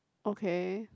okay